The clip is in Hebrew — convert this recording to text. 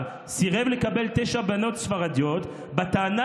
בירושלים סירב לקבל תשע בנות ספרדיות בטענה,